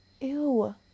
Ew